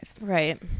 Right